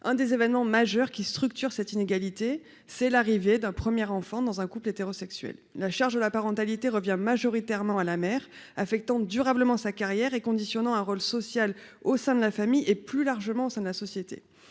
un des événements majeurs qui structure cette inégalité, c'est l'arrivée d'un premier enfant dans un couple hétérosexuel, la charge de la parentalité revient majoritairement à la mer, affectant durablement sa carrière et conditionnant un rôle social au sein de la famille, et plus largement au sein de la société,